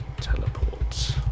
teleports